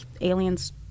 aliens